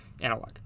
Analog